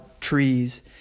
trees